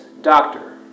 doctor